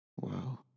Wow